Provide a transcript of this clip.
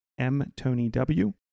mtonyw